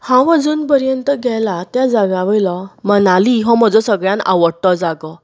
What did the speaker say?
हांव अजून पर्यंत गेला त्या जाग्या वयलो मनाली हो म्हजो सगल्यांत आवडटो जागो